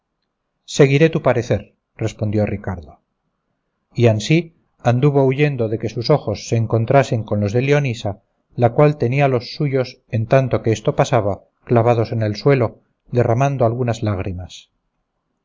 seguiré tu parecer respondió ricardo y ansí anduvo huyendo de que sus ojos se encontrasen con los de leonisa la cual tenía los suyos en tanto que esto pasaba clavados en el suelo derramando algunas lágrimas